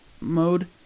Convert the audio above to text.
mode